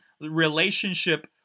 relationship